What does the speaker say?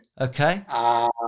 okay